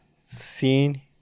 scene